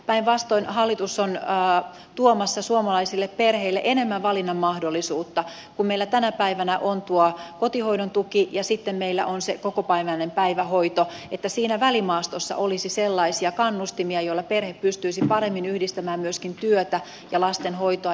päinvastoin hallitus on tuomassa suomalaisille perheille enemmän valinnanmahdollisuutta kun meillä tänä päivänä on tuo kotihoidon tuki ja sitten meillä on se kokopäiväinen päivähoito että siinä välimaastossa olisi sellaisia kannustimia joilla perhe pystyisi paremmin yhdistämään myöskin työtä ja lasten hoitoa